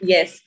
Yes